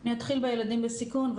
אני אתחיל בילדים בסיכון,